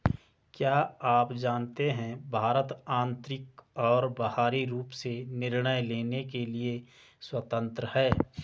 क्या आप जानते है भारत आन्तरिक और बाहरी रूप से निर्णय लेने के लिए स्वतन्त्र है?